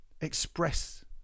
express